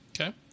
okay